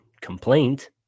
complaint